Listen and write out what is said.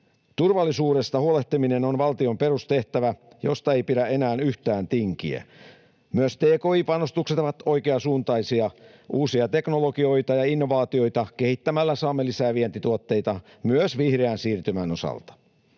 Turvallisuudesta huolehtiminen on valtion perustehtävä, josta ei pidä enää yhtään tinkiä. Myös tki-panostukset ovat oikeasuuntaisia. Uusia teknologioita ja innovaatioita kehittämällä saamme lisää vientituotteita myös vihreän siirtymän osalta.